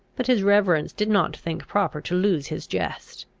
but his reverence did not think proper to lose his jest.